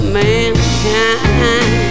mankind